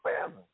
family